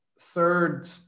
third